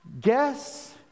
Guess